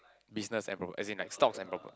business and proper~ as in like stocks and proper